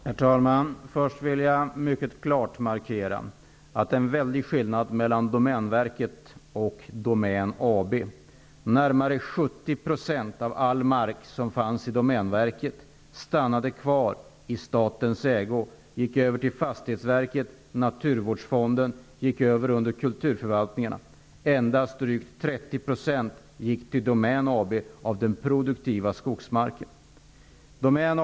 Herr talman! Först vill jag mycket klart markera att det är en väldig skillnad mellan Domänverket och Domänverket stannade kvar i statens ägo. Den gick över till Fastighetsverket, Naturvårdsfonden och till kulturförvaltningarna. Endast drygt 30 % av den produktiva skogsmarken gick till Domän AB.